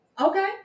Okay